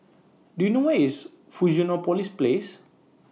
Do YOU know Where IS Fusionopolis Place